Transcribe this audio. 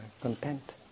content